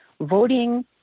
Voting